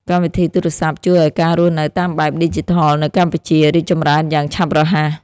កម្មវិធីទូរសព្ទជួយឱ្យការរស់នៅតាមបែបឌីជីថលនៅកម្ពុជា រីកចម្រើនយ៉ាងឆាប់រហ័ស។